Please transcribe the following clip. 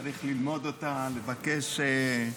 התקבלה בקריאה השנייה והשלישית,